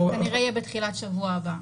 זה כנראה יהיה בתחילת שבוע הבא.